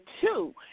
two